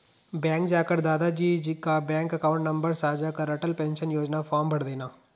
bank जाकर दादा जी का बैंक अकाउंट नंबर साझा कर अटल पेंशन योजना फॉर्म भरदेना